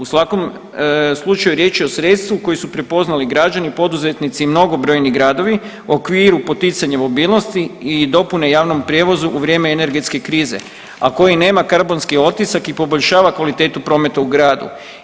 U svakom slučaju riječ je o sredstvu koji su prepoznali građani, poduzetnici i mnogobrojni gradovi u okviru poticanja mobilnosti i dopune javnom prijevozu u vrijeme energetske krize, a koji nema karbonski otisak i poboljšava kvalitetu prometa u gradu.